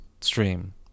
stream